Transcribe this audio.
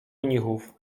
mnichów